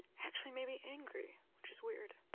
actually maybe angry, which is weird.